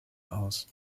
aus